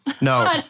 No